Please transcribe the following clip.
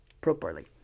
properly